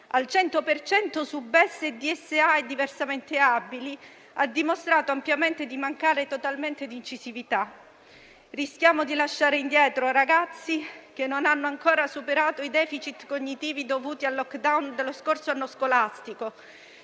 su BES, DSA e diversamente abili, ha dimostrato ampiamente di mancare totalmente di incisività. Rischiamo di lasciare indietro ragazzi che non hanno ancora superato i *deficit* cognitivi dovuti al *lockdown* dello scorso anno scolastico,